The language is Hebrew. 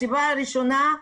הסיבה הראשונה,